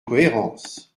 cohérence